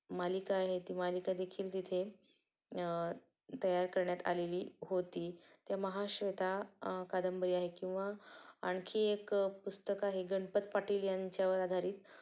मालिका आहे ती मालिका देखील तिथे तयार करण्यात आलेली होती त्या महाश्वेता कादंबरी आहे किंवा आणखी एक पुस्तक आहे गणपत पाटील यांच्यावर आधारित